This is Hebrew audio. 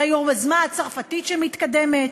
ליוזמה הצרפתית שמתקדמת?